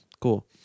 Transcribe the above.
cool